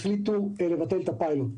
החליטו לבטל את הפיילוט.